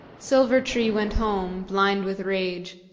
silver-tree went home, blind with rage.